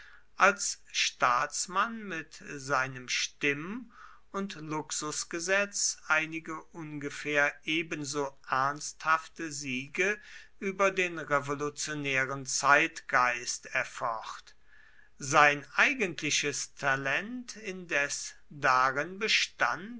als staatsmann mit seinem stimm und luxusgesetz einige ungefähr ebenso ernsthafte siege über den revolutionären zeitgeist erfocht sein eigentliches talent indes darin bestand